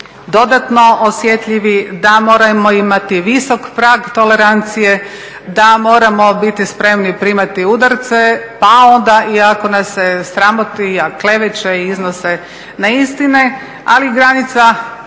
dodatno osjetljivi, da moramo imati visok prag tolerancije, da moramo biti spremni primati udarce pa onda i ako nas se sramoti, kleveće i iznose neistine, ali granice